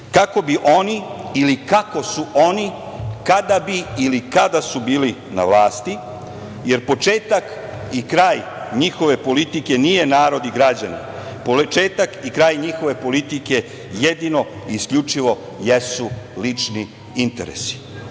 kako bi oni ili kako su oni kada bi ili kada su bili na vlasti, jer početak i kraj njihove politike nije narod, početak i kraj njihove politike jedino i isključivo jesu lični interesi. Da